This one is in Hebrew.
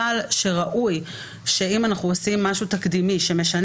אבל ראוי שאם אנחנו עושים משהו תקדימי שמשנה